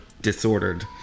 disordered